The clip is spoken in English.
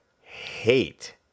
hate